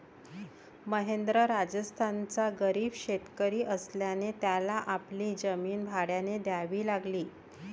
महेंद्र राजस्थानचा गरीब शेतकरी असल्याने त्याला आपली जमीन भाड्याने द्यावी लागली